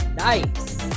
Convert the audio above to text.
nice